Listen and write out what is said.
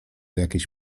jakiejś